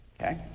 Okay